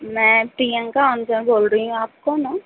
मैं प्रियंका बोल रहीं हूँ आप कौन हो